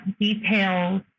details